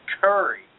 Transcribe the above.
Curry